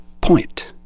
point